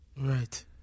Right